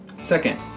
Second